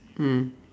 mm